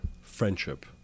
friendship